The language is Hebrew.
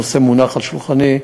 הנושא מונח על שולחני.